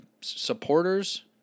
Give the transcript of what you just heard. supporters